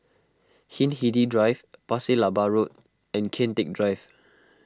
Hindhede Drive Pasir Laba Road and Kian Teck Drive